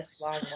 long